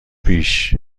پیش